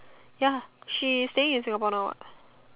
ya she's staying in Singapore now what